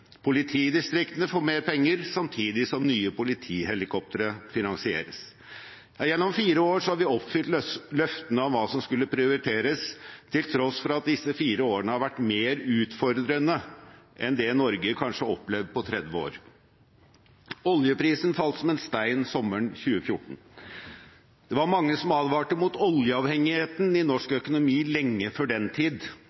politidistriktene får mer penger samtidig som nye politihelikoptre finansieres. Gjennom fire år har vi oppfylt løftene om hva som skulle prioriteres, til tross for at disse fire årene har vært mer utfordrende enn det Norge kanskje har opplevd på 30 år. Oljeprisen falt som en stein sommeren 2014. Det var mange som advarte mot oljeavhengigheten i norsk